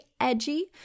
edgy